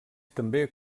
també